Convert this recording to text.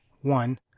One